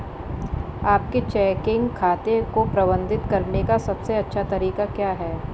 अपने चेकिंग खाते को प्रबंधित करने का सबसे अच्छा तरीका क्या है?